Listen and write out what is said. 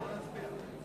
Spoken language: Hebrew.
אפשר להצביע.